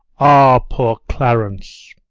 ah, poor clarence!